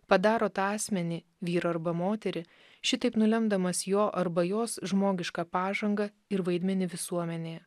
padaro tą asmenį vyrą arba moterį šitaip nulemdamas jo arba jos žmogišką pažangą ir vaidmenį visuomenėje